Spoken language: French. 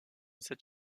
cette